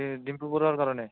ডিম্পু বৰুৱাৰ কাৰণে